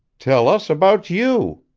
tell us about you.